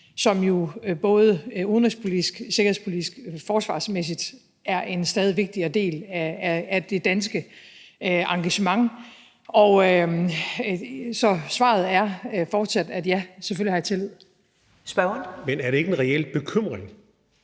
jo både udenrigspolitisk, sikkerhedspolitisk og forsvarsmæssigt er en stadig vigtigere del af det danske engagement. Så svaret er fortsat, at ja, selvfølgelig har jeg tillid. Kl. 13:04 Første næstformand